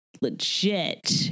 legit